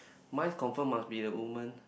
mine confirm must be a woman